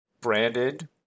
branded